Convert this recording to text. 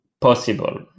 possible